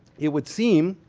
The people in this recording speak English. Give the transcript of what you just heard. it would seem,